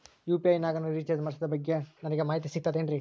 UPI ನಾಗ ನಾನು recharge ಮಾಡಿಸಿದ ಬಗ್ಗೆ ನನಗೆ ಮಾಹಿತಿ ಸಿಗುತೇನ್ರೀ?